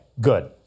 good